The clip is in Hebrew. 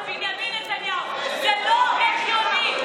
זה לא הגיוני.